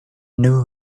knew